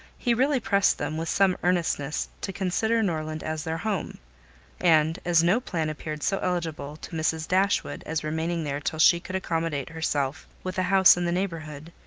he really pressed them, with some earnestness, to consider norland as their home and, as no plan appeared so eligible to mrs. dashwood as remaining there till she could accommodate herself with a house in the neighbourhood,